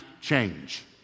change